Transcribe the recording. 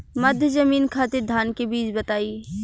मध्य जमीन खातिर धान के बीज बताई?